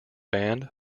band